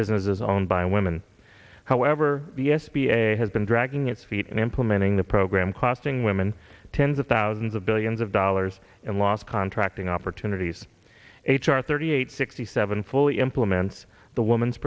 businesses owned by women however the s b a has been dragging its feet in implementing the program costing women tens of thousands of billions of dollars in lost contracting opportunities h r thirty eight sixty seven fully implemented the woman's